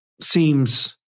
seems